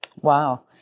Wow